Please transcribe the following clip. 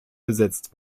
besetzt